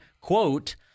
quote